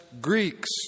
Greeks